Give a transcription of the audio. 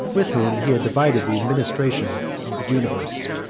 with whom he had divided the administration of the universe.